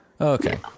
Okay